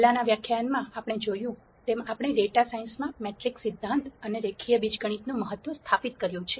પહેલાનાં વ્યાખ્યાનમાં આપણે જોયું તેમ આપણે ડેટા સાયન્સમાં મેટ્રિક્સ સિદ્ધાંત અને રેખીય બીજગણિતનું મહત્વ સ્થાપિત કર્યું છે